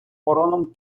органом